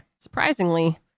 surprisingly